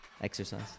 exercise